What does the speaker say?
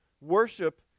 Worship